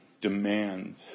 demands